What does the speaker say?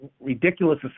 ridiculous